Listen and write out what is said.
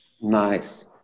Nice